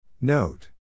Note